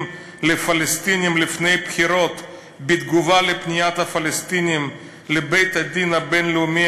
לפלסטינים בתגובה על פנייתם לבית-הדין הבין-לאומי